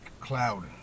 cloud